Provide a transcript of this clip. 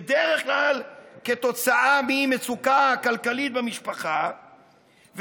בדרך כלל כתוצאה ממצוקה כלכלית במשפחה,